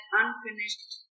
unfinished